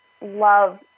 love